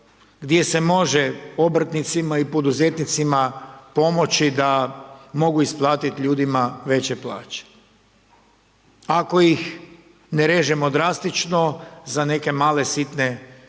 gdje se može obrtnicima i poduzetnicima pomoći da mogu isplatiti ljudima veće plaće. Ako ih ne režemo drastično za neke male sitne